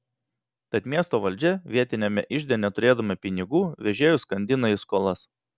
tad miesto valdžia vietiniame ižde neturėdama pinigų vežėjus skandina į skolas